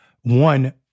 one